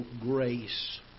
grace